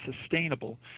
sustainable